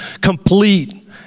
complete